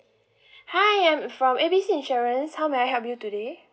hi I'm from A B C insurance how may I help you today